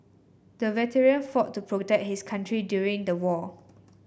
the veteran fought to protect his country during the war